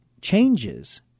changes